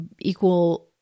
equal